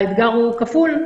האתגר הוא כפול,